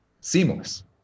Seamless